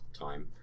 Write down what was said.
time